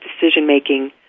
decision-making